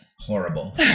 horrible